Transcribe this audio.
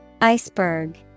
Iceberg